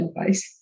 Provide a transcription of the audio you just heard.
advice